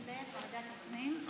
לוועדת הפנים?